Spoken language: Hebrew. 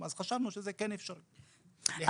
אז חשבנו שזה כן אפשרי, להבדיל ממעריך מסוכנות.